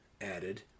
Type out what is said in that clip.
added